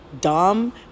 dumb